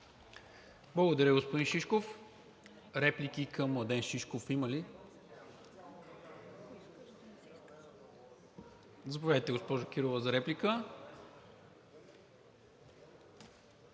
Благодаря, господин Шишков. Реплики към Младен Шишков има ли? Заповядайте, госпожо Кирова, за реплика.